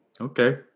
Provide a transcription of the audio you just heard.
Okay